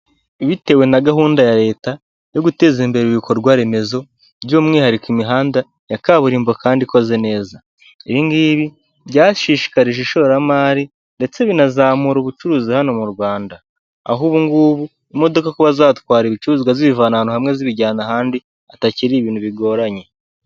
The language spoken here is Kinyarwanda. Bitewe na gahunda ya leta yo guteza imbere ibikorwaremezo by'umwihariko imihanda ya kaburimbo kandi ikoze neza, ibingibi byashishikarije ishoramari ndetse binazamura ubucuruzi hano mu Rwanda, aho ubu ngubu imodoka kuba zatwara ibicuruzwa zibivana ahantu hamwe zibijyana ahandi atakiri ibintu bigoranye.